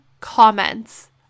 comments